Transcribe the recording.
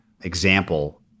example